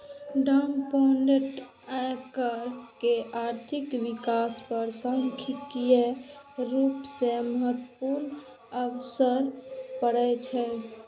corporate आयकर के आर्थिक विकास पर सांख्यिकीय रूप सं महत्वपूर्ण असर पड़ै छै